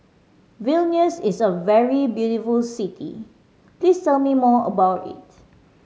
Vilnius is a very beautiful city please tell me more about it